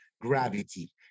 Gravity